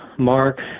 Mark